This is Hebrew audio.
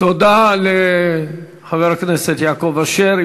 תודה לחבר הכנסת יעקב אשר.